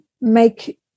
make